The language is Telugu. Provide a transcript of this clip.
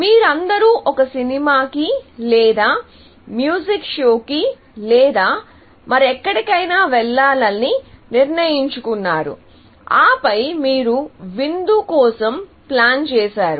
మీరందరూ ఒక సినిమాకి లేదా మ్యూజిక్ షోకి లేదా మరెక్కడైనా వెళ్లాలని నిర్ణయించుకున్నారు ఆపై మీరు విందు కోసం ప్లాన్ చేసారు